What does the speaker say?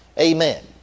Amen